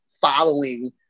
following